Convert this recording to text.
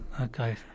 Okay